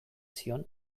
zion